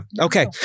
Okay